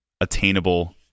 attainable